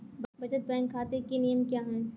बचत बैंक खाता के नियम क्या हैं?